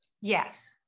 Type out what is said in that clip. Yes